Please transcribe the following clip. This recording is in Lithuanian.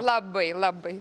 labai labai